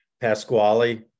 Pasquale